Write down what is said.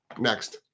next